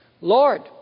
Lord